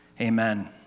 Amen